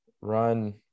run